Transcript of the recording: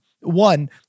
one